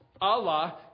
Allah